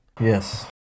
yes